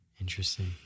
Interesting